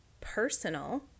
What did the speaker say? personal